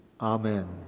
Amen